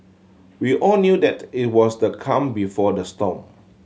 we all knew that it was the calm before the storm